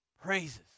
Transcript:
praises